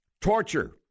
Torture